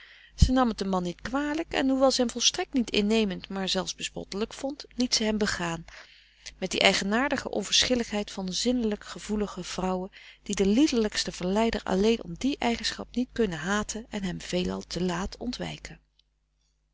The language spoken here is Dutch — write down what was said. zij nam het den man niet kwalijk en hoewel ze hem volstrekt niet innemend maar zelfs bespottelijk vond liet ze hem begaan met die eigenaardige onverschilligheid van zinnelijk gevoelige vrouwen die den liederlijksten verleider alleen om die eigenschap niet kunnen haten en hem veelal te laat ontwijken